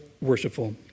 worshipful